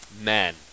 men